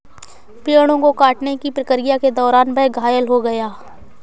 पेड़ों को काटने की प्रक्रिया के दौरान वह घायल हो गया